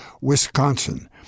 Wisconsin